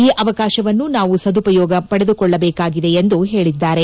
ಈ ಅವಕಾಶವನ್ನು ನಾವು ಸದುಪಯೋಗ ಪಡೆದುಕೊಳ್ಳಬೇಕಿದೆ ಎಂದು ಹೇಳಿದ್ದಾರೆ